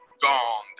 gone